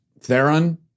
Theron